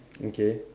okay